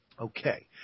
Okay